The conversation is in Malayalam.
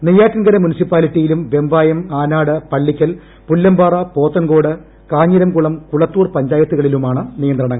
നെയ്യാറ്റിൻകര മുനിസിപ്പാലിറ്റിയിലും വെമ്പായം ആനാട് പള്ളിക്കൽ പുല്ലമ്പാറ പോത്തൻകോട് കാഞ്ഞിരംകുളം കുളത്തൂർ പഞ്ചായത്തുകളിലുമാണ് നിയന്ത്രണങ്ങൾ